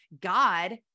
God